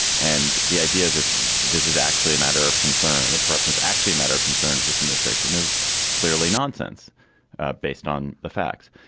and the idea that this is actually a matter of concern that corruption is actually a matter of concern of this administration is clearly nonsense based on the facts.